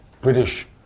British